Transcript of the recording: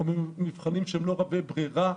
או במבחנים שהם לא רבי ברירה,